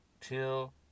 till